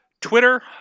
Twitter